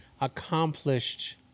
accomplished